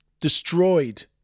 destroyed